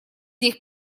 них